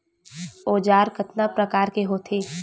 औजार कतना प्रकार के होथे?